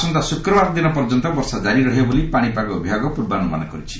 ଆସନ୍ତା ଶୁକ୍ରବାରଦିନ ପର୍ଯ୍ୟନ୍ତ ବର୍ଷା କାରି ରହିବ ବୋଲି ପାଣିପାଗ ବିଭାଗ ପୂର୍ବାନୁମାନ କରିଛି